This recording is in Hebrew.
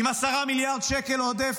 עם 10 מיליארד שקל עודף